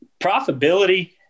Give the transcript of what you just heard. profitability